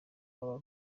baba